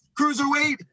cruiserweight